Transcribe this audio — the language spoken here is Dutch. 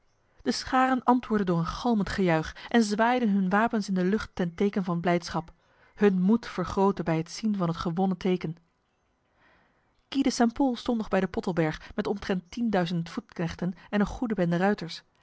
de scharen antwoordden door een galmend gejuich en zwaaiden hun wapens in de lucht ten teken van blijdschap hun moed vergrootte bij het zien van het gewonnen teken guy de st pol stond nog bij de pottelberg met omtrent tienduizend voetknechten en een goede bende ruiters